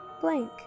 blank